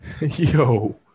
Yo